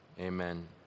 Amen